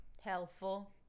helpful